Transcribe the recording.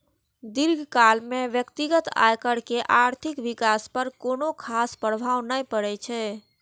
दीर्घकाल मे व्यक्तिगत आयकर के आर्थिक विकास पर कोनो खास प्रभाव नै पड़ै छै